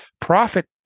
profit